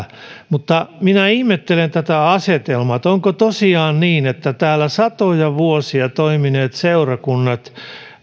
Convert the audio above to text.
mutta minä ihmettelen tätä asetelmaa että onko tosiaan niin että täällä satoja vuosia toimineet seurakunnat